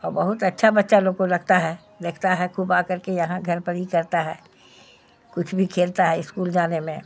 اور بہت اچھا بچہ لوگ کو لگتا ہے دیکھتا ہے خوب آ کر کے یہاں گھر پر ہی کرتا ہے کچھ بھی کھیلتا ہے اسکول جانے میں